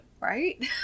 Right